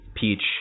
peach